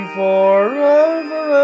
forever